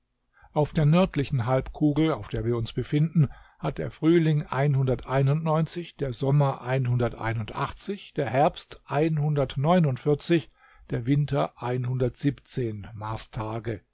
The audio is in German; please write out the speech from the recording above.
auf der nördlichen halbkugel auf der wir uns befinden hat der frühling der sommer der herbst der winter